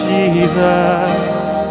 Jesus